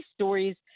stories